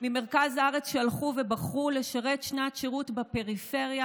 ממרכז הארץ שהלכו ובחרו לשרת שנת שירות בפריפריה,